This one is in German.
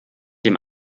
dem